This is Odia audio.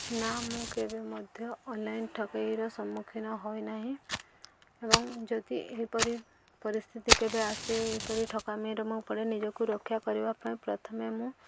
ନା ମୁଁ କେବେ ମଧ୍ୟ ଅନଲାଇନ୍ ଠକେଇର ସମ୍ମୁଖୀନ ହୋଇନାହିଁ ଏବଂ ଯଦି ଏହିପରି ପରିସ୍ଥିତି କେବେ ଆସେ ଏହିପରି ଠକାମିର ମୁଁ ପଡ଼େ ନିଜକୁ ରକ୍ଷା କରିବା ପାଇଁ ପ୍ରଥମେ ମୁଁ